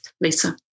Lisa